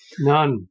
None